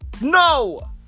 No